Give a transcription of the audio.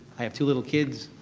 i have two little kids.